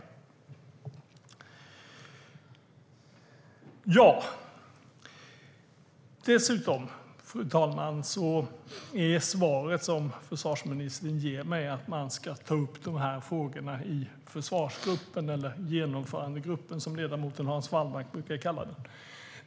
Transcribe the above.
Fru talman! Dessutom är svaret som försvarsministern ger mig att man ska ta upp dessa frågor i försvarsgruppen - eller genomförandegruppen, som ledamoten Hans Wallmark brukar kalla den.